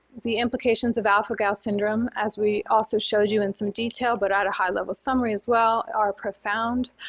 the implications of alpha-gal syndrome as we also showed you in some detail but at a high-level summary as well are profound.